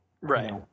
Right